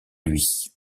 lui